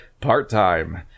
Part-time